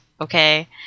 Okay